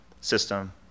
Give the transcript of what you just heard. system